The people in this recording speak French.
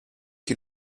que